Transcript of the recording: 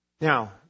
Now